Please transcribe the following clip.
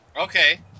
Okay